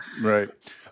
Right